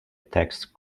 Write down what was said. text